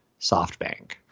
SoftBank